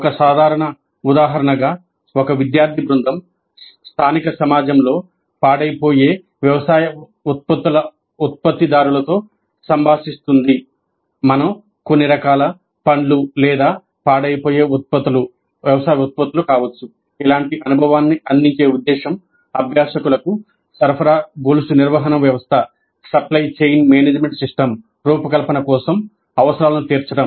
ఒక సాధారణ ఉదాహరణగా ఒక విద్యార్థి బృందం స్థానిక సమాజంలో పాడైపోయే వ్యవసాయ ఉత్పత్తుల ఉత్పత్తిదారులతో సంభాషిస్తుంది రూపకల్పన కోసం అవసరాలను తీర్చడం